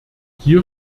hier